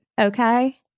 Okay